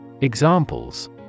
Examples